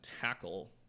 tackle